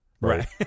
right